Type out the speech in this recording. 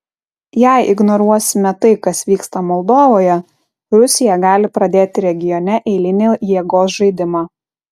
jei ignoruosime tai kas vyksta moldovoje rusija gali pradėti regione eilinį jėgos žaidimą